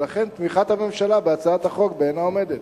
ולכן תמיכת הממשלה בהצעת החוק בעינה עומדת.